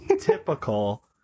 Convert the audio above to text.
typical